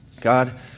God